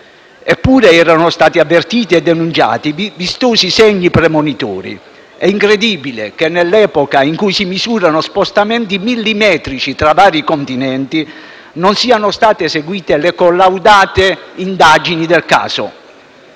Eppure, erano stati avvertiti e denunciati vistosi segni premonitori. È incredibile che, nell'epoca in cui si misurano spostamenti millimetrici tra i continenti, non siano state eseguite le collaudate indagini del caso.